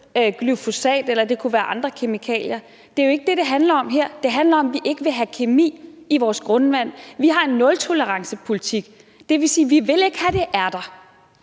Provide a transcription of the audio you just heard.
kunne være andre kemikalier, er jo ikke det, det handler om her. Det handler om, at vi ikke vil have kemi i vores grundvand. Vi har en nultolerancepolitik, det vil sige, at vi ikke vil have, at det er